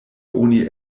oni